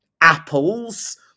apples